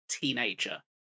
teenager